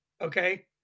Okay